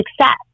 success